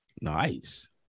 nice